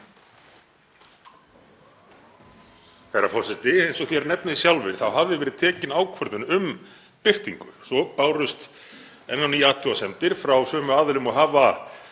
Herra forseti. Eins og þér nefnið sjálfir þá hafði verið tekin ákvörðun um birtingu. Svo bárust enn á ný athugasemdir frá sömu aðilum og hafa